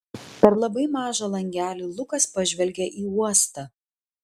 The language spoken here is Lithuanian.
per labai mažą langelį lukas pažvelgė į uostą